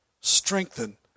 strengthen